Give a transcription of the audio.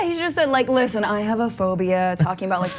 ah just said, like listen, i have a phobia talking about like